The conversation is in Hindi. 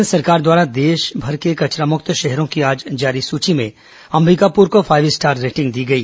केन्द्र सरकार द्वारा देशभर के कचरा मुक्त शहरों की आज जारी सूची में अंबिकापुर को फाईव स्टार रेटिंग दी गई